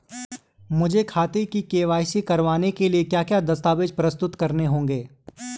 मुझे खाते की के.वाई.सी करवाने के लिए क्या क्या दस्तावेज़ प्रस्तुत करने होंगे?